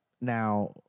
Now –